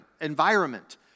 environment